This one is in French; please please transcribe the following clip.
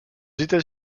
états